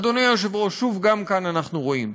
אדוני היושב-ראש, שוב, גם כאן אנחנו רואים: